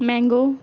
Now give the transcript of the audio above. mango